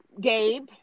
Gabe